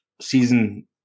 season